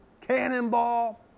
cannonball